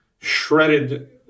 shredded